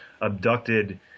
abducted